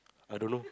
I don't know